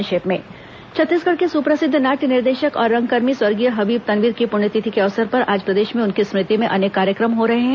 संक्षिप्त समाचार छत्तीसगढ़ के सुप्रसिद्ध नाट्य निर्देशक और रंगकर्मी स्वर्गीय हबीब तनवीर की पुण्यतिथि के अवसर पर आज प्रदेश में उनकी स्मृति में अनेक कार्यक्रम हो रहे हैं